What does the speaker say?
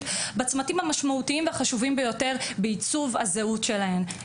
בצמתים החשובים ביותר בעיצוב הזהות שלהם,